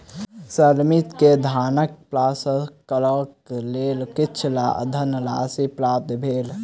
श्रमिक के धानक प्रसंस्करणक लेल किछ धनराशि प्राप्त भेल